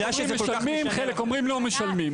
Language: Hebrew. חלק אומרים משלמים וחלק אומרים לא משלמים.